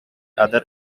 other